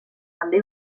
també